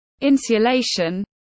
insulation